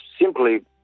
simply